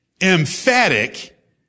emphatic